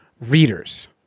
readers